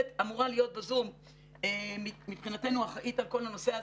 אמורה להיות בזום מבחינתנו אחראית על כל הנושא הזה,